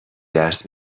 درس